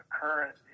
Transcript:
current